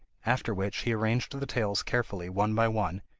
after which he arranged the tails carefully one by one,